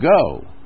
go